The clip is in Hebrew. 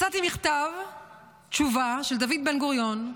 מצאתי מכתב תשובה של דוד בן-גוריון,